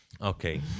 okay